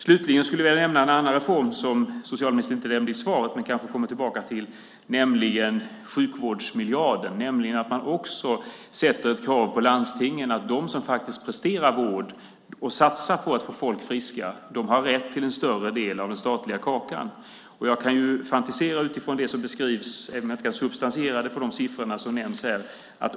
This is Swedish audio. Slutligen skulle jag vilja nämna en annan reform som socialministern inte nämnde i sitt svar men som han kanske kommer till, nämligen sjukvårdsmiljarden - att man också ställer kravet på landstingen att de som faktiskt presterar vård och satsar på att få människor friska har rätt till en större del av den statliga kakan. Jag kan fantisera utifrån det som beskrivs även om jag inte kan substansiera det i de siffror som nämns här.